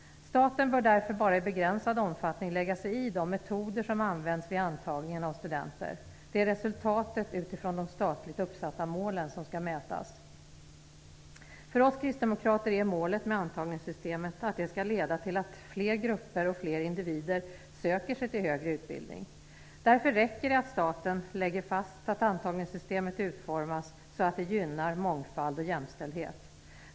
Staten bör därför bara i begränsad omfattning lägga sig i de metoder som används vid antagningen av studenter. Det är resultatet utifrån de statligt uppsatta målen som skall mätas. För oss kristdemokrater är målet med antagningssystemet att det skall leda till att fler grupper och fler individer söker sig till högre utbildning. Därför räcker det med att staten lägga fast att antagningssystemet utformas så att det gynnar mångfald och jämställdhet.